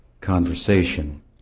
conversation